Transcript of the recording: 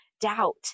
doubt